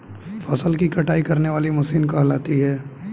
फसल की कटाई करने वाली मशीन कहलाती है?